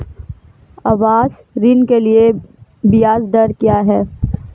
आवास ऋण के लिए ब्याज दर क्या हैं?